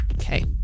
Okay